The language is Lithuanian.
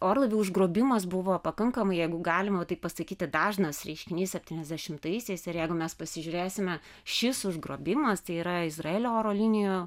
orlaivio užgrobimas buvo pakankamai jeigu galima taip pasakyti dažnas reiškinys septyniasdešimtaisiais ir jeigu mes pasižiūrėsime šis užgrobimas tai yra izraelio oro linijų